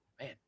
man